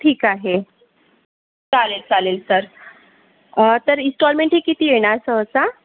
ठीक आहे चालेल चालेल सर सर इस्टॉलमेंट ही किती येणार सहसा